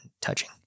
touching